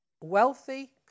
wealthy